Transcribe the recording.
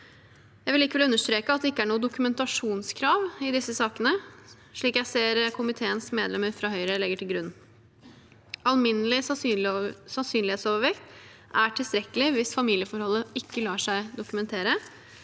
Jeg vil likevel understreke at det ikke er noe dokumentasjonskrav i disse sakene, slik jeg ser at komiteens medlemmer fra Høyre legger til grunn. Alminnelig sannsynlighetsovervekt er tilstrekkelig hvis familieforholdet ikke lar seg dokumentere,